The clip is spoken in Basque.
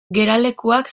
geralekuak